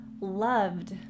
loved